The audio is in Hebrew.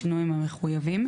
בשינוים המחויבים,